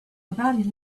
about